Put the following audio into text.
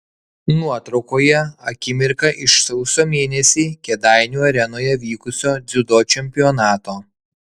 nuotraukoje akimirka iš sausio mėnesį kėdainių arenoje vykusio dziudo čempionato